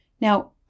Now